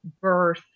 birth